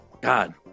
God